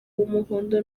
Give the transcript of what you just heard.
umuhondo